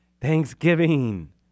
Thanksgiving